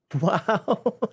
Wow